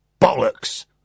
bollocks